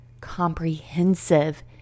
comprehensive